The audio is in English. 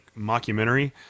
mockumentary